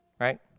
Right